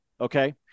Okay